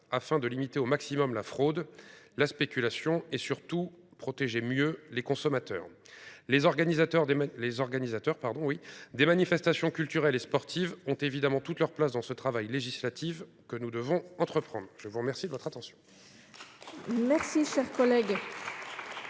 pour limiter au maximum la fraude, la spéculation et, surtout, pour mieux protéger les consommateurs. Les organisateurs des manifestations culturelles et sportives ont évidemment toute leur place dans ce travail législatif que nous devons entreprendre. La parole est à Mme Laurence